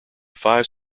five